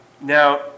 now